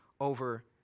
over